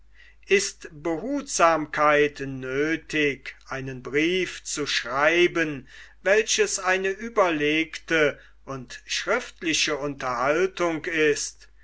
ist behutsamkeit nöthig einen brief zu schreiben welches eine überlegte und schriftliche unterhaltung ist